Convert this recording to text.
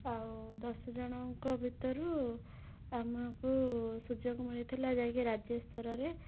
ଆଉ ଦଶ ଜଣଙ୍କ ଭିତରୁ ଆମକୁ ସୁଯୋଗ ମିଳିଥିଲା ଯାଇକି ରାଜ୍ୟ ସ୍ତରରେ